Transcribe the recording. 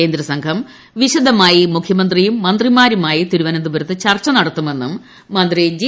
കേന്ദ്ര സംഘം വിശദമായി മുഖ്യമന്ത്രിയും മന്ത്രിമാരുമായി തിരുവനന്തപുരത്ത് ചർച്ച നടത്തുമെന്നും മന്ത്രി ജി